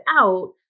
out